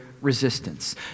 resistance